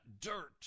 dirt